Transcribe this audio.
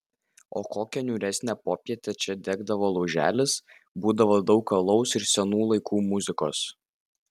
o kokią niūresnę popietę čia degdavo lauželis būdavo daug alaus ir senų laikų muzikos